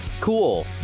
Cool